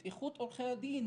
את איכות עורכי הדין